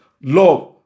love